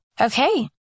Okay